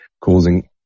causing